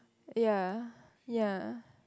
ya ya